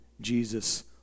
Jesus